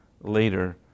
later